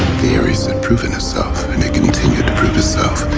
the ares had proven itself and it continued to prove itself.